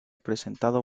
presentado